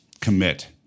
Commit